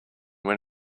when